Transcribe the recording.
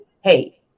hey